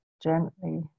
gently